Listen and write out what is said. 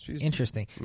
Interesting